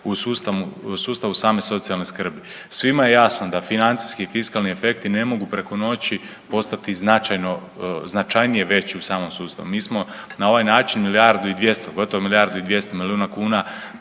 u sustavu same socijalne skrbi. Svima je jasno da financijski i fiskalni efekti ne mogu preko noći postati značajnije veći u samom sustavu. Mi smo na ovaj način milijardu i 200, gotovo milijardu i 200 milijuna kuna